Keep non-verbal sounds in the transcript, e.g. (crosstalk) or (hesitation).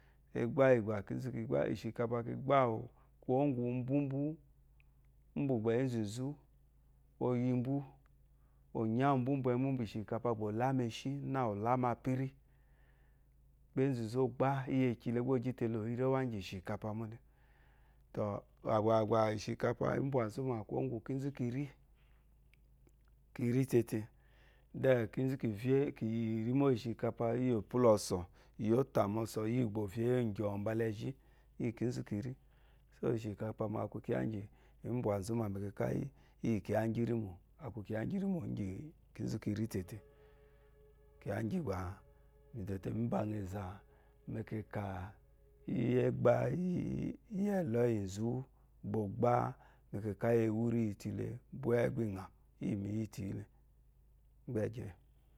Ɛ́gbá yì gbà kì gbá yí, ìshìkapa kì gbá àwù, kwuwó ŋgwù umbwú mbwú, úmbwù gbà ěnzù nzú o yi mbwú. Ò nyá umbwu úmbwɛmwú mbwù ìshìkapa gbà ò lá meshí, nâ ò lá mapyírí. Gbá énzù nzú o gbá íyekyi le, gbá ó gyí te la ò yi rɛwá íŋgyì ìshìkapa mó le. Tɔ̀ɔ̀, bà gbà gbà, ìshìkapa ǐ mbwà nzú mà, kwuwó ŋgwù kínzú ki rí, ki rí tete. Then, kínzú kì vyé, kì yi ìrímò íyì ìshikapa íyì ò pwúlà ɔsɔ̀, ìyí ó tà mu ɔsɔ̀, ìyí gbà ò vye yí è ŋgyɔ̀ɔ̀ mbala ɛzhí íyì kínzú kì rí. So ìshikapa mà a kwu kyiya íŋgyì kǐ mbwà nzú ma mɛkɛkà íyì, íyì kyiya íŋgyì írímò. A kwu kyiya íŋgyì írímò íŋgyì kínzú kì rí tete. Kyiya íŋgyì gbà mì dò te mǐ bà ŋa ɛzà mɛkɛkà íyì ɛ́gbá (hesitation) íyì ɛ̀lɔ́yì nzú gbà ò gbá mɛkɛkà íyì ewírí íyì te i yi le bwɛ́ɛ́ gbá i ŋà wù, íyì mi yítù yí le. Gbɛ́ɛgyɛ.